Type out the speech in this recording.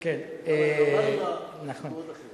גם ליד רמאללה ובמקומות אחרים.